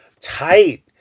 Tight